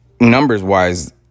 numbers-wise